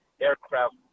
aircraft